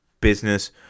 business